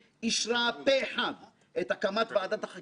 ללווים עסקיים גדולים וקבעה שאעמוד בראשה.